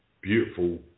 beautiful